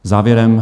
Závěrem.